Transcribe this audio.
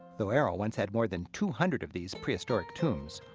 though aero once had more than two hundred of these prehistoric tombs,